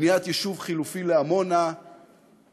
בניית יישוב חלופי לעמונה מוקפאת.